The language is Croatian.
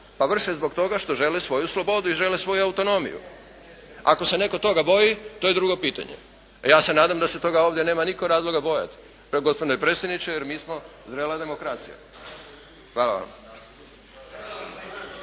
Pa vrše zbog toga što žele svoju slobodu i žele svoju autonomiju. Ako se netko toga boji to je drugo pitanje. A ja se nadam da se toga ovdje nema nitko razloga bojati. Gospodine predsjedniče jer mi smo zrela demokracija. Hvala vam.